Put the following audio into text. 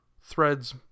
threads